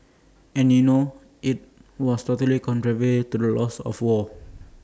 and you know IT was totally contrary to the laws of war